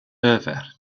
över